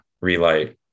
relight